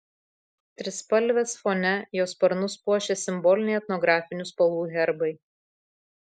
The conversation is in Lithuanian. trispalvės fone jo sparnus puošia simboliniai etnografinių spalvų herbai